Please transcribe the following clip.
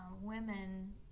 women